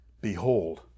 Behold